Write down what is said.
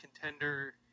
contender